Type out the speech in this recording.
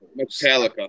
Metallica